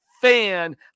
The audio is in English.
fan